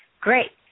Great